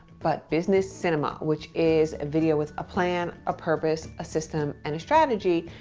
but business cinema, which is video with a plan, a purpose, a system, and a strategy,